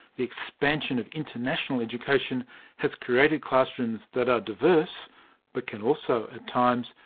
the expansion of international education has created classrooms that are diverse but can also, at times,